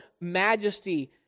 majesty